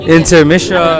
Intermission